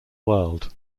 world